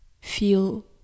feel